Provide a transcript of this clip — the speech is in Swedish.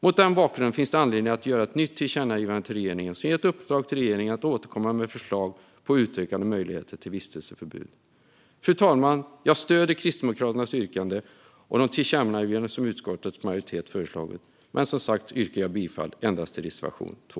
Mot denna bakgrund finns det anledning att göra ett nytt tillkännagivande till regeringen som innebär ett uppdrag till regeringen att återkomma med förslag på utökade möjligheter till vistelseförbud. Fru talman! Jag stöder Kristdemokraternas yrkande och de tillkännagivanden som utskottets majoritet har föreslagit, men jag yrkar bifall endast till reservation 2.